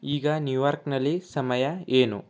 ಈಗ ನ್ಯೂಯಾರ್ಕ್ನಲ್ಲಿ ಸಮಯ ಏನು